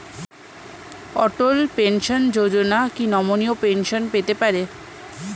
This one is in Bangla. অটল পেনশন যোজনা কি নমনীয় পেনশন পেতে পারে?